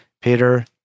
Peter